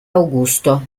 augusto